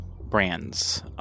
brands